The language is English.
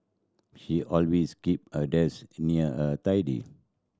she always keep her desk near and tidy